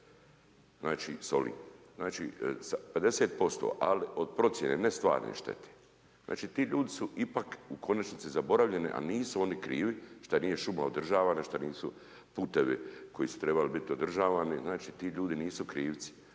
Znači 50%, ali od procjene, ne stvarne štete. Znači ti ljudi su ipak u konačnici zaboravljene, a nisu oni krivi, što nije šuma održavana, što nisu putevi koji su trebali biti održavani. Znači ti ljudi nisu krivci.